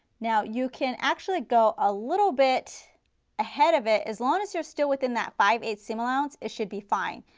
now you can actually go a little bit ahead of it as long as you are still within that five eighth seam allowance, it should be fine.